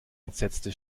entsetzte